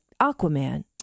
Aquaman